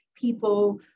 people